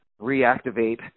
reactivate